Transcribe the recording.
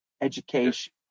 education